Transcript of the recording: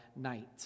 night